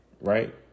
right